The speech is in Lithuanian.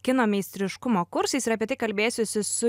kino meistriškumo kursais ir apie tai kalbėsiuosi su